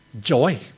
joy